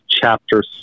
Chapter